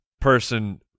person